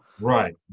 Right